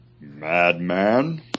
madman